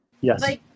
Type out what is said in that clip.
Yes